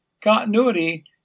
continuity